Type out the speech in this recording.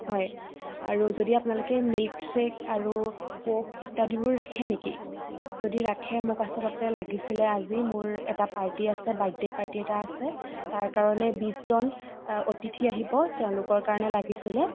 হয় আৰু যদি আপোনালোকে মিল্কশ্ৱেক আৰু ক'ক ইত্যাদিবোৰ ৰাখে নেকি যদি ৰাখে মোক আচলতে লাগিছিলে আজি মোৰ এটা পাৰ্টি আছে বাৰ্থডে' পাৰ্টি এটা আছে তাৰ কাৰণে বিছজন অতিথি আহিব তেওঁলোকৰ কাৰণে লাগিছিলে